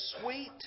sweet